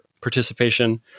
participation